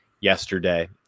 yesterday